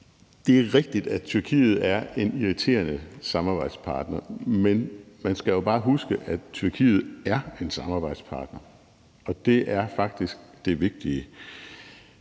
Det er rigtigt, at Tyrkiet er en irriterende samarbejdspartner, men man skal jo bare huske, at Tyrkiet er en samarbejdspartner, og det er faktisk det vigtige.